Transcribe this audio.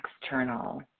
external